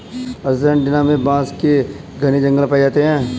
Argentina में बांस के घने जंगल पाए जाते हैं